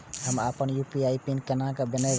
हम अपन UPI PIN केना बनैब?